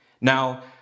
Now